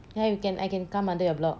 ya you can I can come under your block